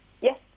Yes